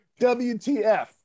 WTF